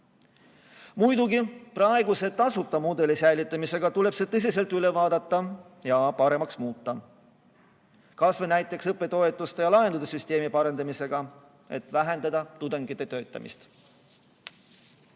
Muidugi, praeguse tasuta mudeli säilitamise korral tuleb see tõsiselt üle vaadata ja paremaks muuta. Kas või näiteks õppetoetuste ja ‑laenude süsteemi parendada, et vähendada tudengite töötamist.